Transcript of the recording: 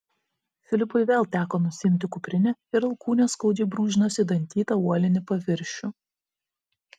filipui vėl teko nusiimti kuprinę ir alkūnės skaudžiai brūžinosi į dantytą uolinį paviršių